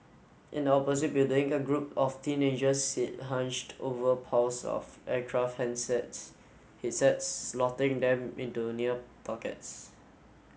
in the opposite building a group of teenagers sit hunched over piles of aircraft handsets headsets slotting them into near pockets